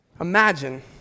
Imagine